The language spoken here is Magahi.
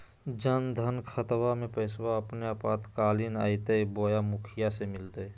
जन धन खाताबा में पैसबा अपने आपातकालीन आयते बोया मुखिया से मिलते?